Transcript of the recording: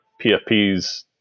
PFPs